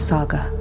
Saga